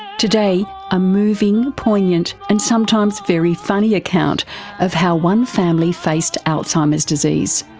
today a moving, poignant and sometimes very funny account of how one family faced alzheimer's disease.